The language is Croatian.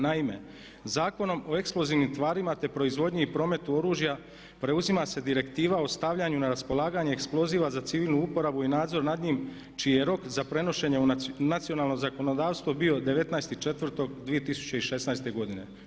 Naime, Zakonom o eksplozivnim tvarima, te proizvodnji i prometu oružja preuzima se direktiva o stavljanju na raspolaganje eksploziva za civilnu uporabu i nadzor nad njim čiji je rok za prenošenje u nacionalno zakonodavstvo bio 19.4.2016. godine.